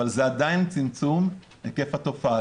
אבל זה עדיין צמצום היקף התופעה.